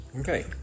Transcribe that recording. Okay